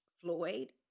Floyd